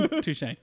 Touche